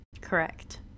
Correct